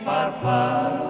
Parpar